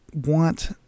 want